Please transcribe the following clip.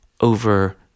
over